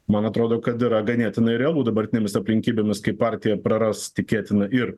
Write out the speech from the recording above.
man atrodo kad yra ganėtinai realu dabartinėmis aplinkybėmis kai partija praras tikėtina ir